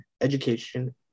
education